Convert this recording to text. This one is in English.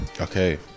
okay